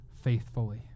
faithfully